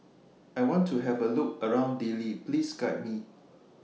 I want to Have A Look around Dili Please Guide Me